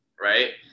right